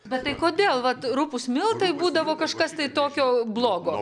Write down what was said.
bet tai kodėl vat rupūs miltai būdavo kažkas tokio blogo